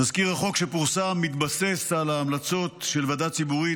תזכיר החוק שפורסם מתבסס על ההמלצות של ועדה ציבורית